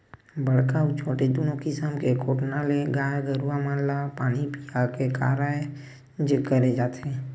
बड़का अउ छोटे दूनो किसम के कोटना ले गाय गरुवा मन ल पानी पीया के कारज करे जाथे